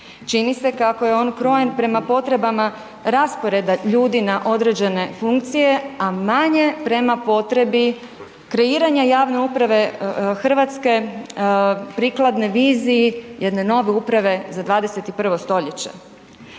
Čini se kako je on krojen prema potrebama rasporeda ljudi na određene funkcije, a manje prema potrebi kreiranja javne uprave RH prikladne viziji jedne nove uprave za 21. stoljeće.